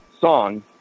song